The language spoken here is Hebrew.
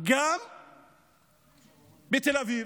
בתל אביב?